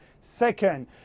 Second